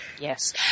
Yes